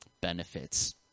benefits